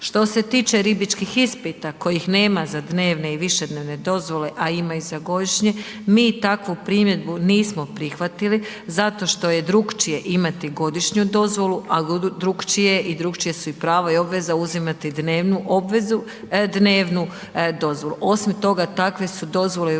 Što se tiče ribičkih ispita kojih nema za dnevne i višednevne dozvole a ima ih za godišnje, mi takvu primjedbi nismo prihvatili zato što je drukčije imati godišnju dozvolu a drukčije je i drukčija su i prava i obveze uzimati dnevnu dozvolu. Osim toga, takve su dozvole većoj